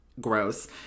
gross